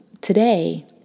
Today